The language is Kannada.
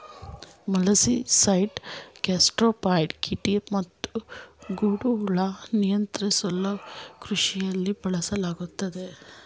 ಮೊಲಸ್ಸಿಸೈಡ್ ಗ್ಯಾಸ್ಟ್ರೋಪಾಡ್ ಕೀಟ ಮತ್ತುಗೊಂಡೆಹುಳು ನಿಯಂತ್ರಿಸಲುಕೃಷಿಲಿ ಬಳಸಲಾಗ್ತದೆ